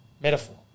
Metaphor